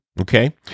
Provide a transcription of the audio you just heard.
okay